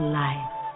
life